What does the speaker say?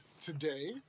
today